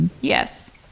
Yes